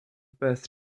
birth